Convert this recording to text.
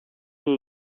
iyi